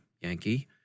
Yankee